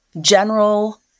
general